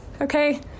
Okay